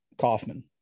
Kaufman